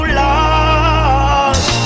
lost